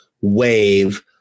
wave